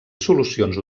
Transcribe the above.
solucions